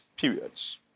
periods